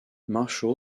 marshall